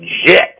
legit